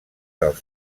del